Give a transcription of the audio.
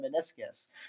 meniscus